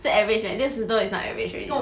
是 average meh 六十多 is not average already